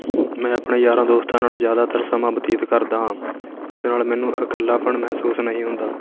ਮੈਂ ਆਪਣੇ ਯਾਰਾਂ ਦੋਸਤਾਂ ਨਾਲ਼ ਜ਼ਿਆਦਾਤਰ ਸਮਾਂ ਬਤੀਤ ਕਰਦਾ ਹਾਂ ਇਸ ਨਾਲ਼ ਮੈਨੂੰ ਇਕੱਲਾਪਣ ਮਹਿਸੂਸ ਨਹੀਂ ਹੁੰਦਾ